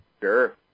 Sure